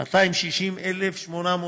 260,888,